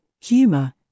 humor